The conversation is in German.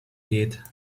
geht